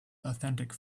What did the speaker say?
authentic